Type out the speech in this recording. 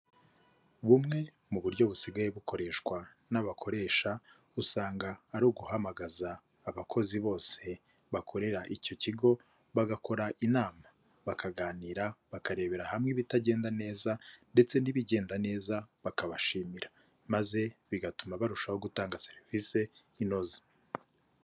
Bumwe mu buryo busigaye bukoreshwa n'abakoresha, usanga ari uguhamagaza abakozi bose bakorera icyo kigo bagakora inama, bakaganira, bakarebera hamwe ibitagenda neza ndetse n'ibigenda neza bakabashimira maze bigatuma barushaho gutanga serivisi inoze.